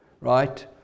right